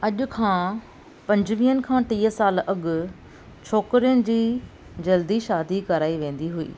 अॼु खां पंजुवीहनि खां टीह साल अॻु छोकिरुनि जी जल्दी शादी कराइ वेंदी हुई